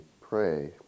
pray